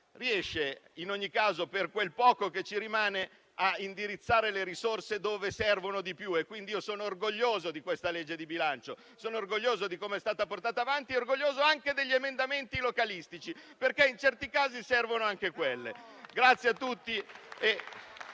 riesce, in ogni caso, per quel poco che ci rimane, a indirizzare le risorse dove servono di più. Quindi, io sono orgoglioso di questa legge di bilancio. Sono orgoglioso di come è stata portata avanti e orgoglioso anche degli emendamenti localistici, perché, in certi casi, servono anche quelli. Al momento